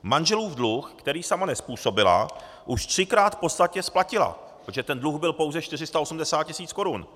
Manželův dluh, který sama nezpůsobila, už třikrát v podstatě splatila, protože ten dluh byl pouze 480 tisíc korun.